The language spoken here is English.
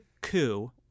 coup